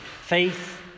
faith